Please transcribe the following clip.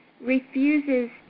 refuses